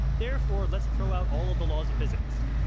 therefore let's throw out all of the laws of physics.